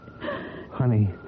Honey